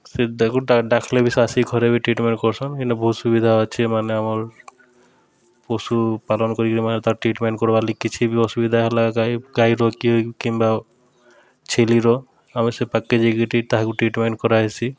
ସେ ତାକୁ ଡାକ୍ଲେ ବି ସେ ଆଏସି ଘରେ ବି ଟ୍ରିଟ୍ମେଣ୍ଟ୍ କର୍ସନ୍ ଇନେ ବହୁତ୍ ସୁବିଧା ଅଛେ ମାନେ ଆମର୍ ପଶୁ ପାଲନ୍ କରିକିରି ମାନେ ତାର୍ ଟ୍ରିଟ୍ମେଣ୍ଟ୍ କର୍ବାର୍ଲାଗି କିଛି ବି ଅସୁବିଧା ହେଲା ଗାଈ ଗାଈର କି କିମ୍ବା ଛେଲିର ଆମେ ସେ ପାଖ୍କେ ଯାଇକିରି ତାହାକୁ ଟ୍ରିଟ୍ମେଣ୍ଟ୍ କରାହେସି